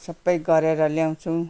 सबै गरेर ल्याउछौँ